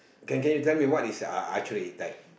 can can you tell me what is uh archery like